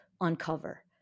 uncover